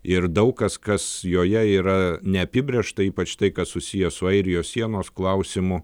ir daug kas kas joje yra neapibrėžta ypač tai kas susiję su airijos sienos klausimu